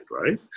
right